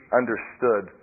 understood